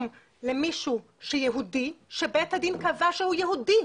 למישהו יהודי שבית הדין קבע שהוא יהודי.